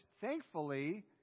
thankfully